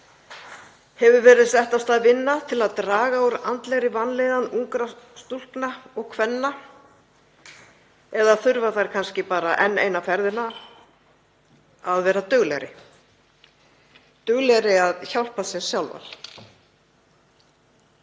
Hefur verið sett af stað vinna til að draga úr andlegri vanlíðan ungra stúlkna og kvenna eða þurfa þær kannski bara enn eina ferðina að vera duglegri að hjálpa sér sjálfar?